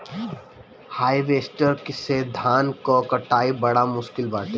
harvester से धान कअ कटाई बड़ा मुश्किल बाटे